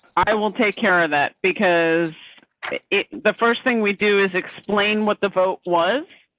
i will take care of that because the first thing we do is explain what the vote was.